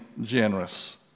generous